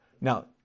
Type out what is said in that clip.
Now